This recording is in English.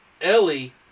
Ellie